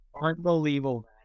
Unbelievable